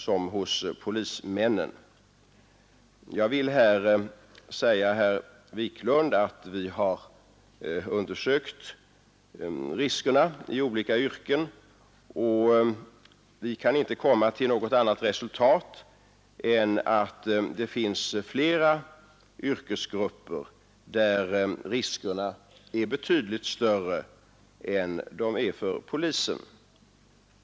Jag vill säga till herr Wiklund att vi har undersökt riskerna i olika yrken, och vi kan inte komma till något annat resultat än att det finns flera yrkesgrupper, där riskerna för skador är betydligt större än de är för polisen.